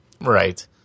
Right